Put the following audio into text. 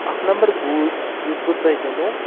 اَکھ نَمبَر گوٗج یُس بہٕ تۄہہِ دِمو